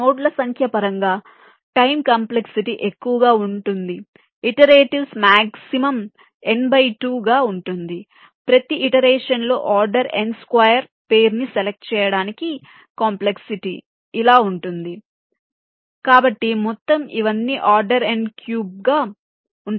నోడ్ల సంఖ్య పరంగా టైం కంప్లెక్సిటీ ఎక్కువగా ఉంటుంది iteratives maximum n by 2 n 2గా ఉంటుంది ప్రతి ఇటరేషన్ లో order n square O pair ని సెలెక్ట్ చేయడానికి కంప్లెక్సిటీ ఇలా ఉంటుంది కాబట్టి మొత్తం ఇవన్నీ ఆర్డర్ n క్యూబ్ O గా ఉంటాయి